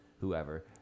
whoever